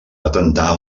patentar